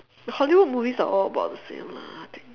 the hollywood movies are all about the same lah I think